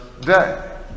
day